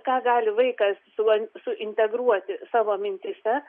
ką gali vaikas suva suintegruoti savo mintyse